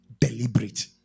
deliberate